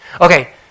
Okay